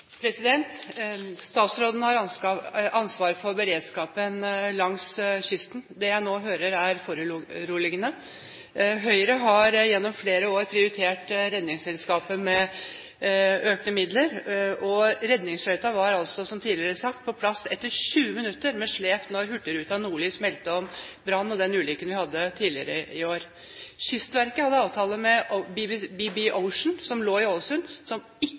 Statsråden har ansvaret for beredskapen langs kysten. Det jeg nå hører, er foruroligende. Høyre har gjennom flere år prioritert Redningsselskapet med økte midler. Redningsskøyten var altså, som tidligere sagt, på plass etter 20 minutter med slep da hurtigruteskipet «Nordlys» meldte om brann – den ulykken vi hadde tidligere i år. Kystverket hadde avtale med «BB Ocean» som lå i Ålesund, og som ikke